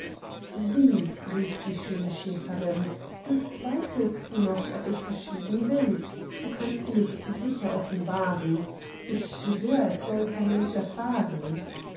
wie rief die schöne schäferin du zweifelst noch ob ich verschwiegen bin du kannst mirs sicher offenbaren ich schwör es solls kein mensch erfahren